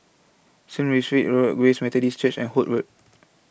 Saint Road Grace Methodist Church and Holt Road